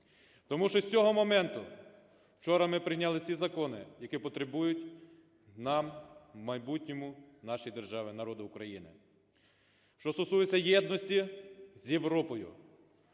Тому що з цього моменту, вчора ми прийняли всі закони, які потрібні будуть нам, в майбутньому, нашій державі, народу України. Що стосується єдності з Європою